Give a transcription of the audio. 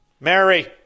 Mary